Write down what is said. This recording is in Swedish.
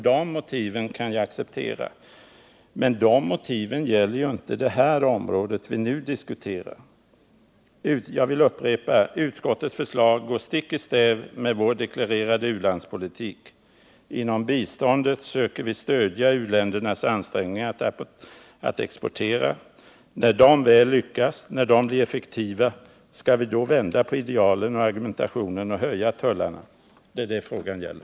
Det skälet kan jag acceptera, men de motiven gäller ju inte det område som vi nu diskuterar. Jag vill upprepa att utskottets förslag går stick i stäv mot vår deklarerade u-landspolitik. Genom biståndet söker vi stödja u-ländernas ansträngningar att exportera. Men när de väl lyckas, när de blir effektiva — skall vi då vända på idealen och argumentationen och höja tullarna? Det är det frågan gäller.